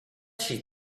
she